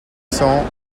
cent